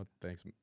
Thanks